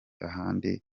ahandi